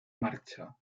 marcha